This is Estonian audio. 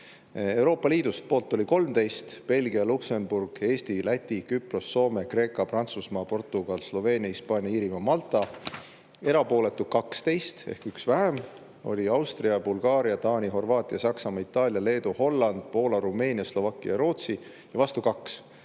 Euroopa Liidust poolt oli 13: Belgia, Luksemburg, Eesti, Läti, Küpros, Soome, Kreeka, Prantsusmaa, Portugal, Sloveenia, Hispaania, Iirimaa ja Malta. Erapooletuid oli 12 ehk üks vähem: Austria, Bulgaaria, Taani, Horvaatia, Saksamaa, Itaalia, Leedu, Holland, Poola, Rumeenia, Slovakkia ja Rootsi. Vastu oli